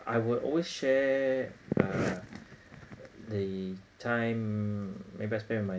I would always share uh the time maybe I spend with my